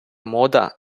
мода